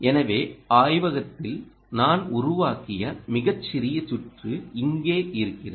எனவே ஆய்வகத்தில் நான் உருவாக்கிய மிகச் சிறிய சுற்று இங்கே இருக்கிறது